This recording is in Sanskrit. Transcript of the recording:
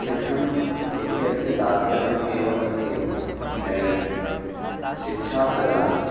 शिक्षणम् इत्यस्य तात्पर्यम् एव अस्ति शिक्षाप्रदानम्